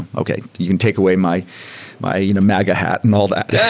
okay. you can take away my my you know maga hat and all that.